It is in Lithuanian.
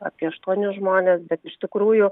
apie aštuonis žmones bet iš tikrųjų